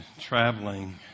traveling